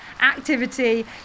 activity